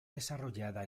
desarrollada